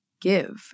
give